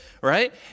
right